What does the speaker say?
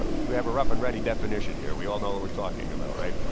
ah we have a rough and ready definition here. we all know what we're talking about, right?